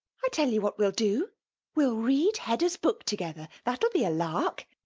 i tell you what we'll do we'll read hedda's book together. that'll be a lark.